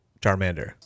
Charmander